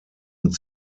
und